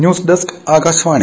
news desk Akashvani